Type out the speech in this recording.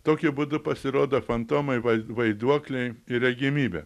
tokiu būdu pasirodo fantomai vai vaiduokliai ir regimybė